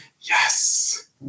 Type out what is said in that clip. yes